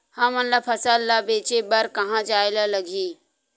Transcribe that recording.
हमन ला फसल ला बेचे बर कहां जाये ला लगही?